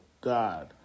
God